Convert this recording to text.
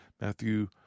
Matthew